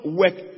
work